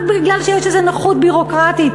רק מפני שיש איזו נוחות ביורוקרטית,